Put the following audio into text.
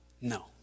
No